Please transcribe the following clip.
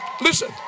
listen